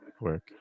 work